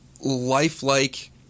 lifelike